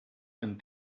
and